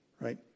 right